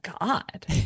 God